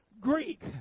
Greek